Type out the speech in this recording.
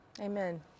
Amen